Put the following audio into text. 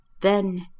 Then